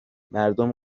مردم